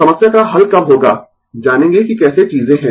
समस्या का हल कब होगा जानेगें कि कैसे चीजें है